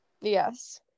Yes